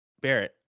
Barrett